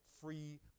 free